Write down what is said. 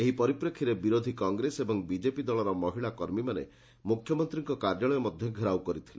ଏହି ପରିପ୍ରେକ୍ଷୀରେ ବିରୋଧି କଂଗ୍ରେସ ଓ ବିଜେପି ଦଳର ମହିଳା କର୍ମୀମାନେ ମୁଖ୍ୟମନ୍ତୀଙ୍କ କାର୍ଯ୍ୟାଳୟ ମଧ୍ଧ ଘେରାଉ କରିଥିଲେ